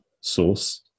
source